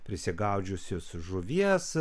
prisigaudžiusius žuvies